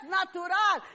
natural